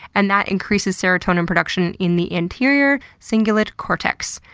and that increases serotonin production in the anterior cingulate cortex,